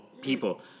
people